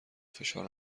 فشار